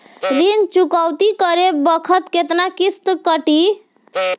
ऋण चुकौती करे बखत केतना किस्त कटी?